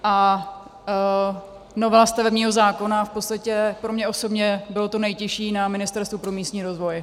A novela stavebního zákona v podstatě pro mě osobně byla to nejtěžší na Ministerstvu pro místní rozvoj.